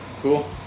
Cool